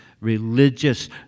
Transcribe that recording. religious